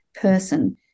person